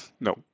No